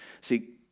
See